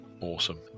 Awesome